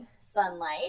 sunlight